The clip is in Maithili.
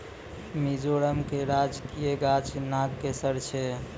मिजोरम के राजकीय गाछ नागकेशर छै